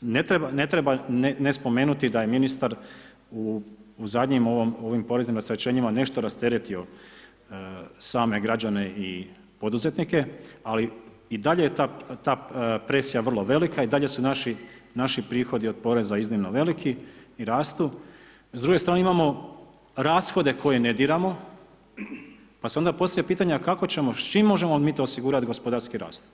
ne treba, ne spomenuti da je ministar u zadnjim ovim poreznim rasterećenjima, nešto rasteretio same građane i poduzetnike, ali i dalje je ta presija vrlo velika, i dalje su naši, naši prihodi od poreza iznimno veliki i rastu, s druge strane imamo rashode koje ne diramo, pa se onda postavlja pitanje, a kako ćemo, s čim mi to možemo osigurati gospodarski rast?